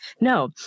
no